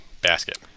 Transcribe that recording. basket